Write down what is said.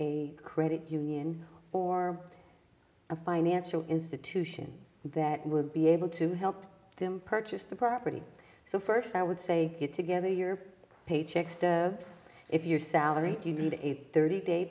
a credit union or a financial institution that would be able to help them purchase the property so first i would say get together your paychecks the if your salary you need a thirty day